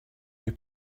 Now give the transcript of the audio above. you